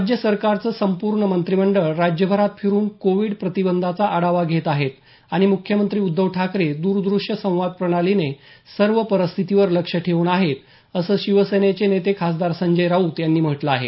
राज्य सरकारचं संपूर्ण मंत्रिमंडळ राज्यभरात फिरून कोविड प्रतिबंधाचा आढावा घेत आहे आणि मुख्यमंत्री उद्धव ठाकरे दूरदृश्य संवाद प्रणालीने सर्व परिस्थितीवर लक्ष ठेऊन आहेत असं शिवसेनेचे नेते खासदार संजय राऊत यांनी म्हटलं आहे